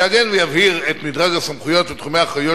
יעגן ויבהיר את מדרג הסמכויות ותחומי האחריות